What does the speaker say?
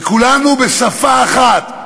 וכולנו בשפה אחת,